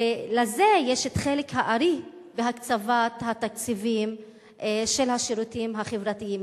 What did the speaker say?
ולזה יש חלק הארי בהקצבת התקציבים של השירותים החברתיים,